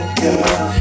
girl